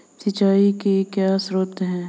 सिंचाई के क्या स्रोत हैं?